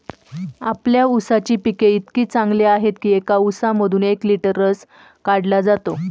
आपल्या ऊसाची पिके इतकी चांगली आहेत की एका ऊसामधून एक लिटर रस काढला जातो